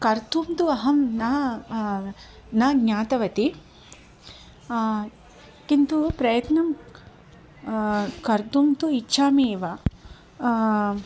कर्तुं तु अहं न न ज्ञातवती किन्तु प्रयत्नं कर्तुं तु इच्छामि एव